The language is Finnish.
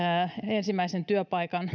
ensimmäisen työpaikan